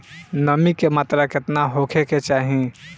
नमी के मात्रा केतना होखे के चाही?